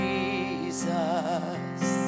Jesus